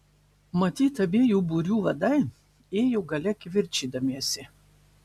matyt abiejų būrių vadai ėjo gale kivirčydamiesi